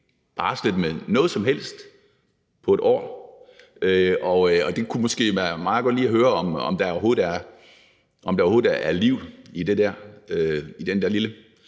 barslet med noget som helst på et år, og det kunne måske være meget godt lige at høre, om der overhovedet er liv i det der lille